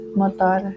motor